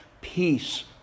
peace